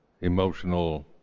emotional